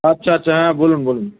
আচ্ছা আচ্ছা হ্যাঁ বলুন বলুন